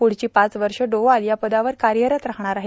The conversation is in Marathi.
पुढची पाच वर्श डोवाल या पदावर कार्यरत राहणार आहेत